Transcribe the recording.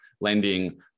lending